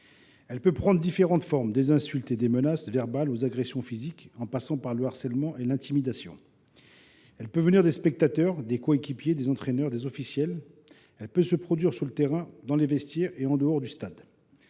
Elle peut prendre différentes formes : des insultes et des menaces verbales aux agressions physiques, en passant par le harcèlement et l’intimidation. Elle peut venir des spectateurs, des coéquipiers, des entraîneurs, des officiels. Elle peut se produire sur le terrain, dans les vestiaires ou en dehors du stade.